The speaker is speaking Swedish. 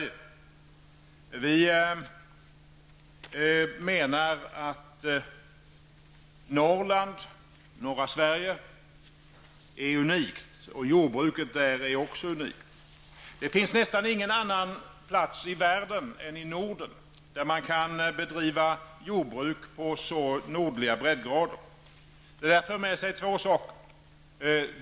Vi menar att norra Sverige är unikt och även att jordbruket där är unikt. Det finns nästan ingen annan plats i världen än Norden där man kan bedriva jordbruk på så nordliga breddgrader. Detta medför två saker.